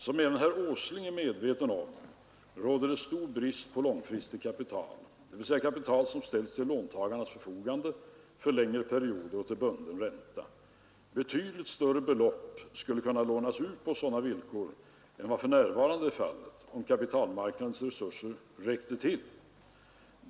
Som även herr Åsling är medveten om råder det stor brist på långfristigt kapital, dvs. kapital som ställs till låntagarnas förfogande för längre perioder och till bunden ränta. Betydligt större belopp skulle kunna lånas ut på sådana villkor än vad för närvarande är fallet, om kapitalmarknadens resurser räckte till.